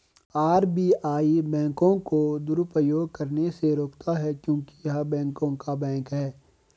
RBI बैंकों को दुरुपयोग करने से रोकता हैं क्योंकि य़ह बैंकों का बैंक हैं